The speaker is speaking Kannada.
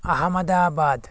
ಅಹಮದಾಬಾದ್